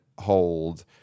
hold